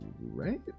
right